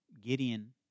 Gideon